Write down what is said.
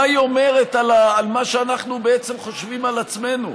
מה היא אומרת על מה שאנחנו בעצם חושבים על עצמנו,